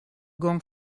gong